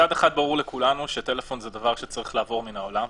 מצד אחד ברור לכולנו שטלפון זה דבר שצריך לעבור מן העולם.